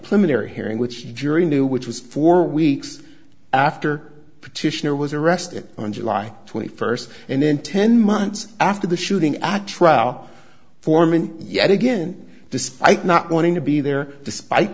premiere hearing which jury knew which was four weeks after petitioner was arrested on july twenty first and then ten months after the shooting i trowe foreman yet again despite not wanting to be there despite